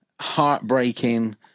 heartbreaking